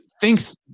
thinks